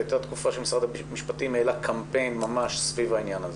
הייתה תקופה שמשרד המשפטים העלה קמפיין סביב העניין הזה.